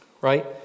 Right